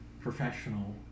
professional